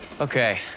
Okay